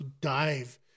dive